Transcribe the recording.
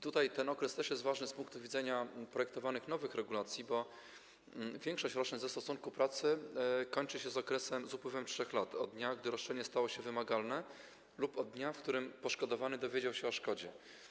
Ten okres jest też ważny z punktu widzenia projektowanych nowych regulacji, bo większość roszczeń ze stosunku pracy przedawnia się z upływem 3 lat od dnia, gdy roszczenie stało się wymagalne, lub od dnia, w którym poszkodowany dowiedział się o szkodzie.